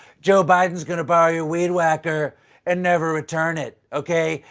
joe biden is going to borrow your weed wacker and never return it, okay.